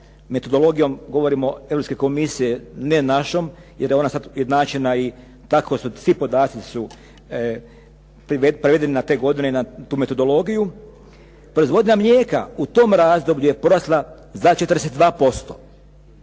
metodologijom govorimo Europske komisije, ne našom, jer je ona sada ujednačena, tako svi podaci su prevedeni na te godine i na tu metodologiju. Proizvodnja mlijeka u tom razdoblju je porasla za 42%